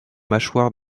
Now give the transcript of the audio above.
mâchoires